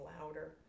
louder